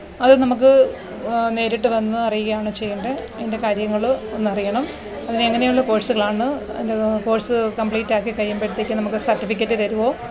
അത് നമുക്ക് നേരിട്ട് വന്ന് അറിയുകയാണോ ചെയ്യേണ്ടത് അതിൻ്റെ കാര്യങ്ങൾ ഒന്നറിയണം അതിന് എങ്ങനെയുള്ള കോഴ്സുകളാണ് അതിന് കോഴ്സ് കമ്പ്ലീറ്റാക്കി കഴിയുമ്പോഴത്തേക്കും നമ്മൾക്ക് സര്ട്ടിഫിക്കറ്റ് തരുമോ